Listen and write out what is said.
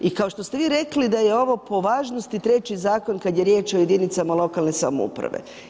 I kao što ste vi rekli da je ovo po važnosti treći zakon kad je riječ o jedinicama lokalne samouprave.